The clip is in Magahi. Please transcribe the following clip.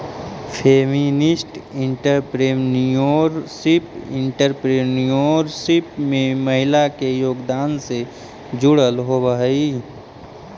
फेमिनिस्ट एंटरप्रेन्योरशिप एंटरप्रेन्योरशिप में महिला के योगदान से जुड़ल होवऽ हई